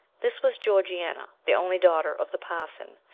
this was georgiana, the only daughter of the parson.